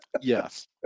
Yes